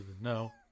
no